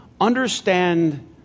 understand